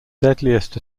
deadliest